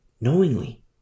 knowingly